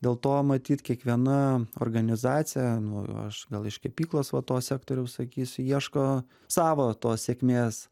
dėl to matyt kiekviena organizacija nu aš gal iš kepyklos va to sektoriaus sakysiu ieško savo to sėkmės